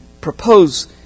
propose